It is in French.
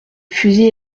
fusils